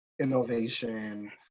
innovation